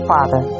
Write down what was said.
Father